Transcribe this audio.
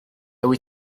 wyt